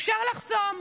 אפשר לחסום,